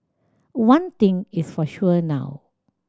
one thing is for sure now